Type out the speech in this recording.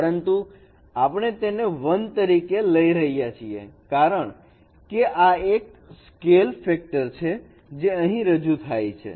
પરંતુ આપણે તેને 1 તરીકે લઈ રહ્યા છીએ કારણ કે આ એક સ્કેલ ફેક્ટર છે જે અહીં રજુ થાય છે